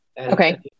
Okay